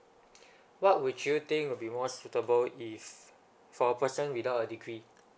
what would you think would be more suitable if for a person without a degree